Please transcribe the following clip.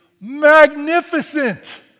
magnificent